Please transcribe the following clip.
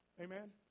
Amen